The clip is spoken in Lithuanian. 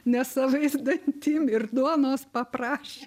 nesavais dantim ir duonos paprašė